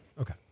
Okay